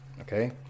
okay